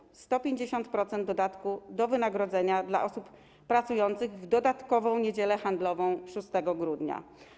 Chodzi o 150% dodatku do wynagrodzenia dla osób pracujących w dodatkową niedzielę handlową 6 grudnia.